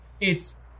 it's-